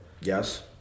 Yes